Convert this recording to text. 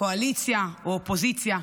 קואליציה או אופוזיציה.